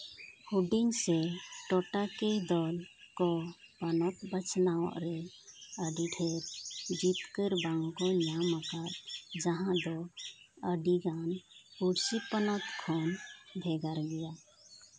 ᱦᱩᱰᱤᱧ ᱥᱮ ᱴᱚᱴᱷᱟ ᱠᱤᱭᱟᱹ ᱫᱚ ᱠᱚ ᱦᱚᱱᱚᱛ ᱵᱟᱪᱷᱱᱟᱣ ᱨᱮ ᱟᱹᱰᱤ ᱰᱷᱮᱨ ᱡᱤᱛᱠᱟᱹᱨ ᱵᱟᱝᱠᱚ ᱧᱟᱢ ᱟᱠᱟᱫ ᱡᱟᱦᱟᱸ ᱫᱚ ᱟᱹᱰᱤᱜᱟᱱ ᱯᱩᱬᱥᱤ ᱯᱚᱱᱚᱛ ᱠᱷᱚᱱ ᱵᱷᱮᱜᱟᱨ ᱜᱮᱭᱟ